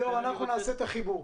ליאור, אנחנו נעשה את החיבור.